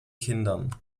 kindern